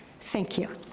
thank you.